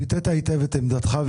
ביטאת היטב את עמדתך.